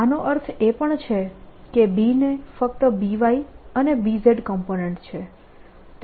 આનો અર્થ એ પણ છે કે B ને ફક્ત By અને Bz કોમ્પોનેન્ટ છે